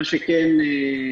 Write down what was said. מה שכן,